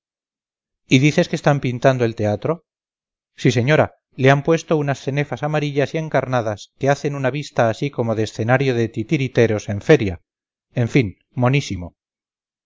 y dices que están pintando el teatro sí señora le han puesto unas cenefas amarillas y encarnadas que hacen una vista así como de escenario de titiriteros en feria en fin monísimo